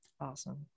Awesome